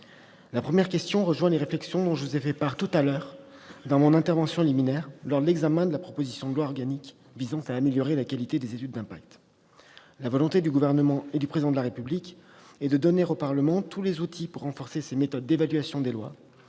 La première question rejoint les réflexions dont je vous ai fait part tout à l'heure lors de mon intervention liminaire sur la proposition de loi organique visant à améliorer la qualité des études d'impact des projets de loi. La volonté du Gouvernement et du Président de la République est de donner au Parlement tous les outils pour renforcer ses méthodes d'évaluation des lois,